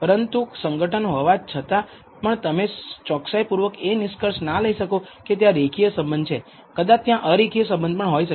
પરંતુ સંગઠન હોવા છતાં પણ તમે ચોકસાઈપૂર્વક એ નિષ્કર્ષ ના લઈ શકો કે ત્યાં રેખીય સંબંધ છે કદાચ ત્યાં અરેખીય સંબંધ પણ હોઈ શકે